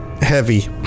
Heavy